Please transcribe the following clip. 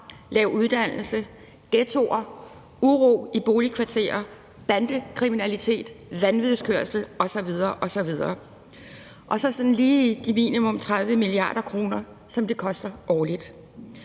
lav uddannelse, ghettoer, uro i boligkvarterer, bandekriminalitet, vanvidskørsel osv. osv. – og så lige de minimum 30 mia. kr., som det koster årligt.